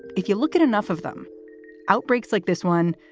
if you look at enough of them outbreaks like this one,